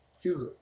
Hugo